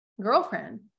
girlfriend